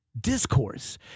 discourse